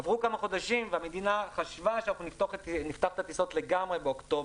עברו כמה חודשים והמדינה חשבה שאנחנו נפתח את הטיסות לגמרי באוקטובר.